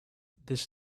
this